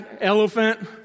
Elephant